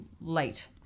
late